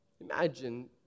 Imagine